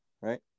right